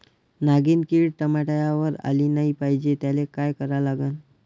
नागिन किड टमाट्यावर आली नाही पाहिजे त्याले काय करा लागन?